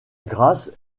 grâce